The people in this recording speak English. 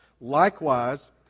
Likewise